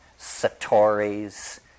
satori's